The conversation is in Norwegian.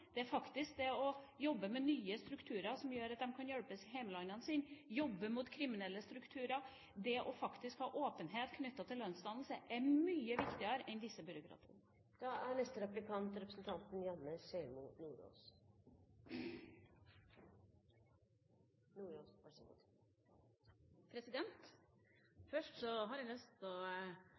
Det er faktisk det å jobbe med nye strukturer som gjør at de kan hjelpes i hjemlandene sine – jobbe mot kriminelle strukturer. Det å ha åpenhet knyttet til lønnsdannelse er faktisk mye viktigere enn disse byråkratiene. Først har jeg lyst til å berømme representanten